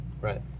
Right